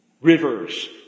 Rivers